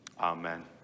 Amen